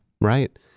Right